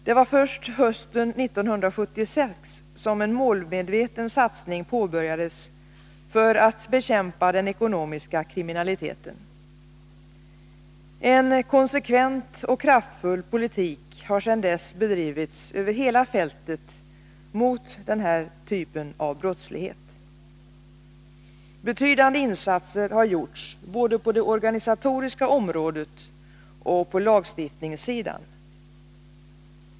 Det var först hösten 1976 som en målmedveten satsning påbörjades för att bekämpa den ekonomiska kriminaliteten. En konsekvent och kraftfull politik har sedan dess drivits över hela fältet mot denna typ av brottslighet. Betydande insatser har gjorts både på det organisatoriska området och på lagstiftningssidan.